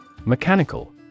Mechanical